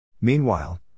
Meanwhile